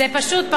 זה פשוט,